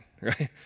Right